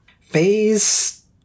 phase